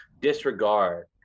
disregard